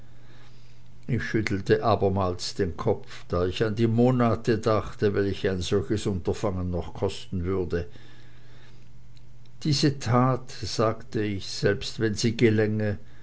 ich schüttelte abermals den kopf da ich an die monate dachte welche ein solches unterfangen noch kosten würde diese tat sagte ich selbst wenn sie gelänge